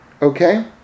Okay